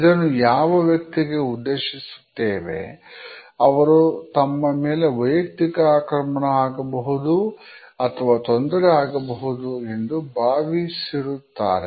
ಇದನ್ನು ಯಾವ ವ್ಯಕ್ತಿಗೆ ಉದ್ದೇಶ ಸುತ್ತೇವೆ ಅವರು ತಮ್ಮ ಮೇಲೆ ವೈಯಕ್ತಿಕ ಆಕ್ರಮಣ ಆಗಬಹುದು ಅಥವಾ ತೊಂದರೆ ಆಗಬಹುದು ಎಂದು ಭಾವಿಸುತ್ತಾರೆ